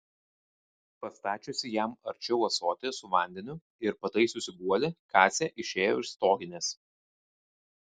pastačiusi jam arčiau ąsotį su vandeniu ir pataisiusi guolį kasė išėjo iš stoginės